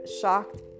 shocked